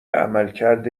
عملکرد